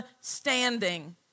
standing